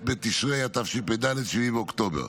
כ"ב בתשרי התשפ"ד, 7 באוקטובר.